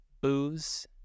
Booze